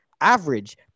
average